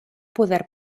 poder